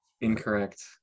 Incorrect